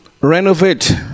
renovate